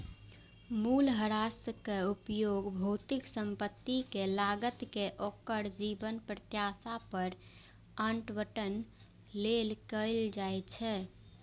मूल्यह्रासक उपयोग भौतिक संपत्तिक लागत कें ओकर जीवन प्रत्याशा पर आवंटन लेल कैल जाइ छै